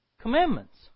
Commandments